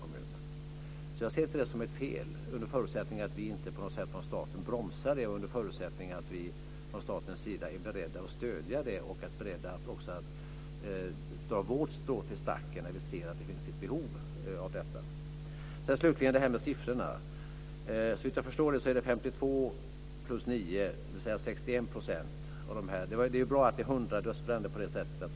Jag ser alltså inte detta som något fel, naturligtvis under förutsättning att vi inte på något sätt från staten bromsar det hela, och under förutsättning att vi från statens sida är beredda att stödja detta och även dra vårt strå till stacken där vi ser att behovet finns. Slutligen har vi det här med siffrorna. Såvitt jag förstår nu har det i 52 plus 9, dvs. 61 %, av dödsbränderna inte funnits fungerande brandvarnare.